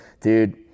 Dude